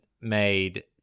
made